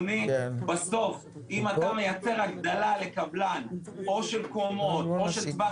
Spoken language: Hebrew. בסוף אם אתה מייצר הגדלה לקבלן של קומות או של טווח